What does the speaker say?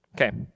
Okay